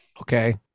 okay